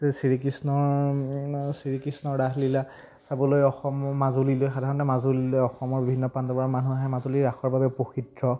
শ্ৰীকৃষ্ণৰ শ্ৰীকৃষ্ণৰ ৰাসলীলা চাবলৈ অসমৰ মাজুলীলৈ সাধাৰণতে মাজুলীলৈ অসমৰ বিভিন্ন প্ৰান্তৰপৰা মানুহ আহে মাজুলী ৰাসৰ বাবে প্ৰসিদ্ধ